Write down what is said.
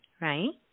right